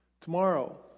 tomorrow